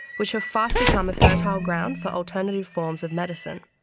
which have fast become a fertile ground for alternative forms of medicine,